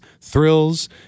thrills